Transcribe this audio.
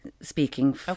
speaking